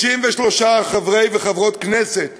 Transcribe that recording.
33 חברי וחברות כנסת